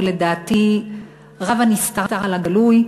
ולדעתי רב הנסתר על הגלוי.